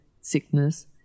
sickness